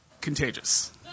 contagious